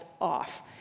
off